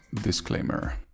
disclaimer